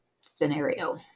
scenario